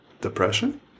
depression